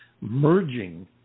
merging